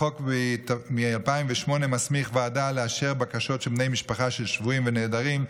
החוק מ-2008 מסמיך ועדה לאשר בקשות של בני משפחה של שבויים ונעדרים,